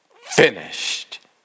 finished